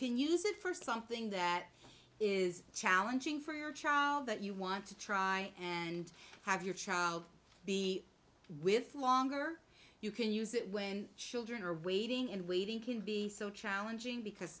can use it for something that is challenging for your child that you want to try and have your child be with longer you can use it when children are waiting and waiting can be so challenging because